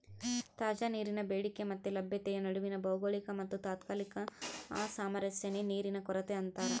ತಾಜಾ ನೀರಿನ ಬೇಡಿಕೆ ಮತ್ತೆ ಲಭ್ಯತೆಯ ನಡುವಿನ ಭೌಗೋಳಿಕ ಮತ್ತುತಾತ್ಕಾಲಿಕ ಅಸಾಮರಸ್ಯನೇ ನೀರಿನ ಕೊರತೆ ಅಂತಾರ